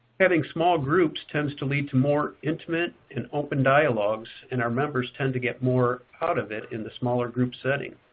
having small groups tends to lead to more intimate and open dialogues, and our members tend to get more out of it in the smaller group setting.